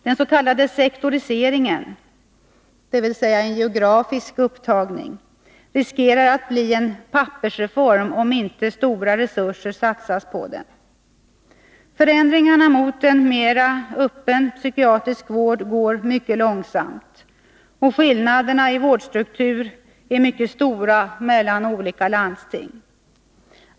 Den s.k. sektoriseringen, dvs. en geografisk upptagning, riskerar att bli en pappersreform, om inte stora resurser satsas på den. Förändringarna mot en mer öppen psykiatrisk vård går mycket långsamt, och skillnaderna i vårdstruktur är mycket stora mellan olika landsting.